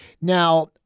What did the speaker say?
Now